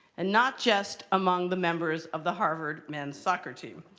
and not just among the members of the harvard men's soccer team.